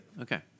Okay